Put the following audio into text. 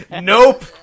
Nope